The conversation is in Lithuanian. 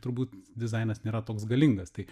turbūt dizainas nėra toks galingas tai